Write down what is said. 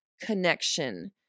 connection